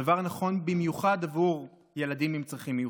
הדבר נכון במיוחד עבור ילדים עם צרכים מיוחדים.